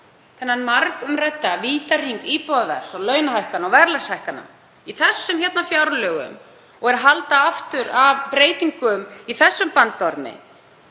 þennan margumrædda vítahring íbúðaverðs, launahækkana og verðlagshækkana í þessum fjárlögum og heldur aftur af breytingum í þessum bandormi,